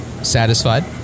Satisfied